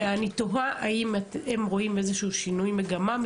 ואני תוהה אם הם רואים איזשהו שינוי מגמה.